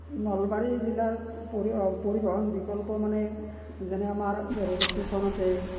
নলবাৰী জিলাৰ উপৰিও পৰিবহণ বিকল্প মানে যেনে আমাৰ ৰে'ল ষ্টেশ্যন আছে